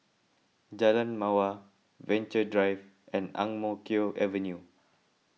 Jalan Mawar Venture Drive and Ang Mo Kio Avenue